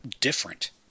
different